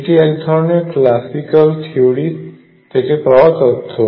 এটি এক ধরনের ক্লাসিক্যাল থিওরির থেকে পাওয়া তথ্য